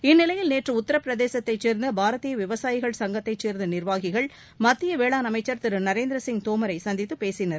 இந்நிலையில் நேற்று உத்தரப்பிரதேசத்தைச் சேர்ந்த பாரதிய விவசாயிகள் சங்கத்தைச் சேர்ந்த நிர்வாகிகள் மத்திய வேளாண் அமைச்சர் திரு நரேந்திர சிங் தோமரை சந்தித்துப் பேசினர்